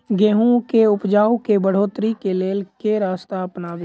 गेंहूँ केँ उपजाउ केँ बढ़ोतरी केँ लेल केँ रास्ता अपनाबी?